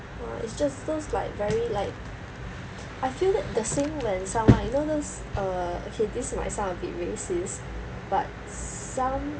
uh it's just those like very like I feel the same when someone you know those uh okay this might sound a bit racist but some